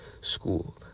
school